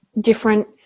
different